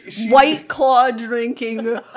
white-claw-drinking